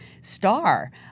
star